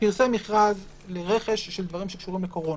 פרסם מכרז לרכש של דברים שקשורים לקורונה,